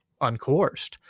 uncoerced